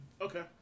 Okay